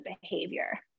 behavior